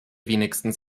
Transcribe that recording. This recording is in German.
wenigstens